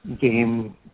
game